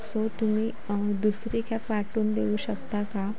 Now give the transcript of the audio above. so तुम्ही दुसरी cab पाठवून देऊ शकता कां